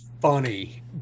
funny